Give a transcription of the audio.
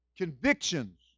convictions